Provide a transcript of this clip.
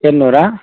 చెన్నూరా